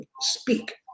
speak